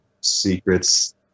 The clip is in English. secrets